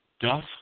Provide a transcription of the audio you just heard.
Duff